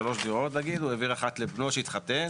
שלוש דירות והוא העביר אחת לבנו שהתחתן,